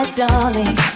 darling